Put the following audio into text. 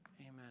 Amen